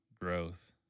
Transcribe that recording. growth